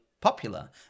popular